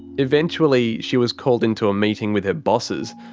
eventually she was called into a meeting with her bosses,